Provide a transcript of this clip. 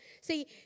See